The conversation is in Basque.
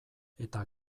eta